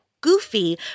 goofy